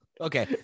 okay